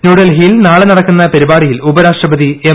ന്യൂഡൽഹിയിൽ നാളെ നടക്കുന്ന പരിപാടിയിൽ ഉപരാഷ്ട്രപതി എം